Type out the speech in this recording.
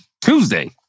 Tuesday